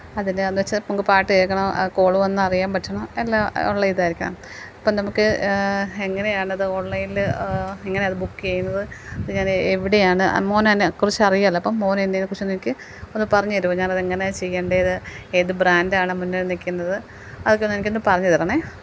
അതിന് എന്നു വച്ചാൽ നമുക്ക് പാട്ട് കേൾക്കണം കാൾ വന്നാൽ അറിയാൻ പറ്റണം എല്ലാം ഉള്ള ഇതായിരിക്കണം അപ്പം നമുക്ക് എങ്ങനെയാണ് അത് ഓൺലൈനിൽ എങ്ങനെ അത് ബുക്ക് ചെയ്യുന്നത് അത് ഞാൻ എവിടെയാണ് മോൻ എന്നെ കുറിച്ചു അറിയാലോ അപ്പോൾ മോൻ കുറിച്ച് ഒന്നെനിക്ക് ഒന്ന് പറഞ്ഞു തരുമോ ഞാൻ അതെങ്ങനെയാണ് ചെയ്യേണ്ടത് ഏത് ബ്രാൻഡാണ് മുന്നിൽ നിൽക്കുന്നത് അതൊക്കെ ഒന്ന് എനിക്ക് ഒന്ന് പറഞ്ഞു തരണേ